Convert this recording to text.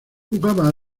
jugaba